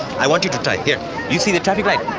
i want you to try. you see the traffic lights?